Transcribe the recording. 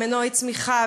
מנועי צמיחה,